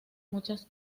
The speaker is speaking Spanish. muchas